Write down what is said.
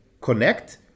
connect